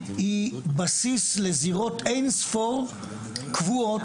היא בסיס לזירות אין ספור קבועות,